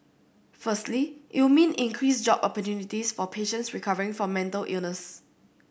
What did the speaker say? firstly it will mean increased job opportunities for patients recovering from mental illness